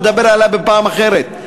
נדבר עליה בפעם אחרת,